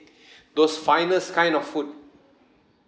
those finest kind of food